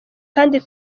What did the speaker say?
kandi